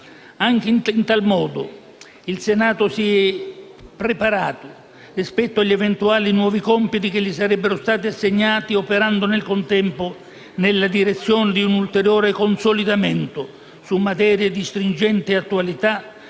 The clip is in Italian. Anche in tal modo il Senato si è preparato rispetto agli eventuali nuovi compiti che gli sarebbero stati assegnati, operando, nel contempo, nella direzione di un ulteriore consolidamento su materie di stringente attualità